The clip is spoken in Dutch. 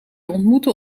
ontmoeten